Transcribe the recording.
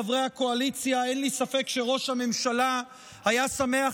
חברי הקואליציה: אין לי ספק שראש הממשלה היה שמח